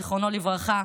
זיכרונו לברכה,